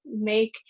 make